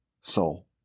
soul